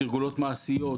תרגולות מעשיות,